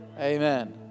Amen